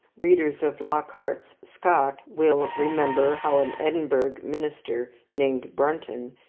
readers of lockhart's scott will remember how an edinburgh minister named brunton,